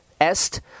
Est